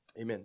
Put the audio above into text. Amen